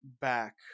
back